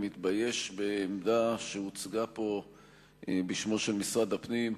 מתבייש בעמדה שהוצגה פה בשמו של משרד הפנים.